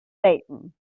satan